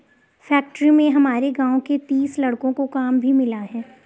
factory में हमारे गांव के तीस लड़कों को काम भी मिला है